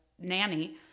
nanny